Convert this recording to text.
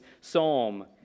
psalm